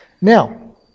Now